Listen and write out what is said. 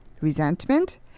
resentment